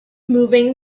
moving